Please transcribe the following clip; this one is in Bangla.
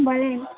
বলেন